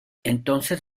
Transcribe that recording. entonces